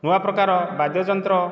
ନୂଆପ୍ରକାର ବାଦ୍ୟଯନ୍ତ୍ର